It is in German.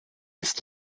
ist